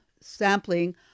sampling